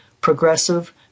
progressive